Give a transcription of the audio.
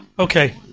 Okay